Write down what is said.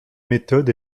méthodes